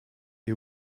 you